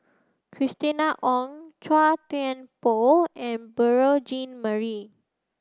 Christina Ong Chua Thian Poh and Beurel Jean Marie